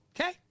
okay